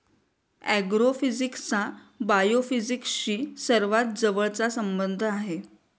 ऍग्रोफिजिक्सचा बायोफिजिक्सशी सर्वात जवळचा संबंध आहे